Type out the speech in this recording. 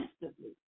instantly